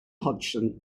hodgson